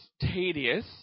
tedious